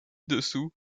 dessous